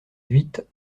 huit